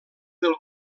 del